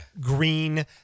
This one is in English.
green